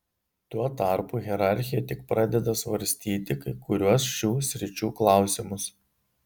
tuo tarpu hierarchija tik pradeda svarstyti kai kuriuos šių sričių klausimus